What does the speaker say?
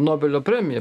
nobelio premija